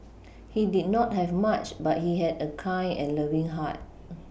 he did not have much but he had a kind and loving heart